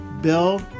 bill